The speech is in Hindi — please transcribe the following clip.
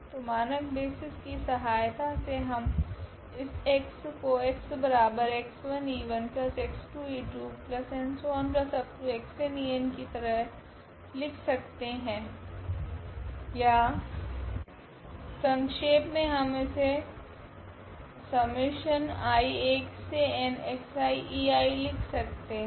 तो मानक बेसिस कि सहायता से हम इस x को कि तरह लिख सकते है या संक्षेप मे हम इसे सम्मिशन लिख सकते है